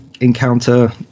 encounter